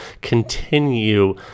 continue